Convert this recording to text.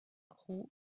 roux